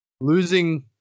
losing